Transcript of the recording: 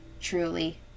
Truly